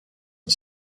and